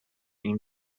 این